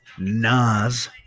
Nas